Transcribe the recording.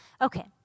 Okay